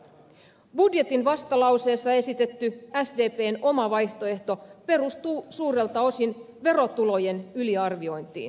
budjetin vastalauseessa esitetty sdpn oma vaihtoehto perustuu suurelta osin verotulojen yliar viointiin